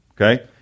Okay